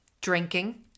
drinking